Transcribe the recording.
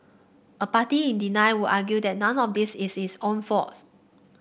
a party in denial would argue that none of this is its own fault